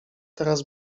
teraz